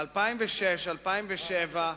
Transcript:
ב-2006 2007,